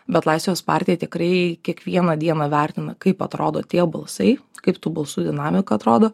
bet laisvės partija tikrai kiekvieną dieną vertina kaip atrodo tie balsai kaip tų balsų dinamika atrodo